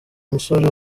musore